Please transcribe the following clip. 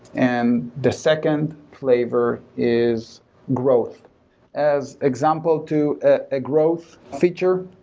and the second flavor is growth as example to a growth feature,